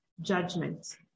judgment